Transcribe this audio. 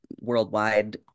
worldwide